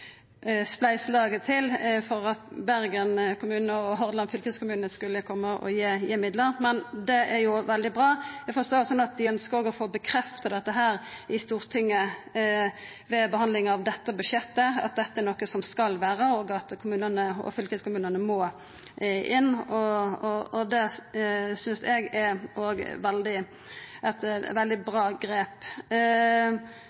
Bergen kommune og Hordaland fylkeskommune skulle koma og gi midlar. Men det er jo veldig bra. Eg forstår det slik at dei òg ønskjer å få bekrefta dette i Stortinget ved behandling av dette budsjettet, at dette er noko som skal vera, og at kommunane og fylkeskommunane må inn. Det synest eg òg er eit veldig